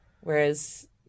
Whereas